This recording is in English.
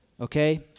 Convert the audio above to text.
Okay